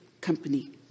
company